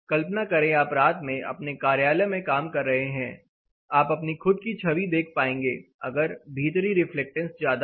कल्पना करें आप रात में अपने कार्यालय में काम कर रहे हैं आप अपनी खुद की छवि देख पाएंगे अगर भीतरी रिफ्लेक्टेंस ज्यादा है